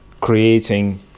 creating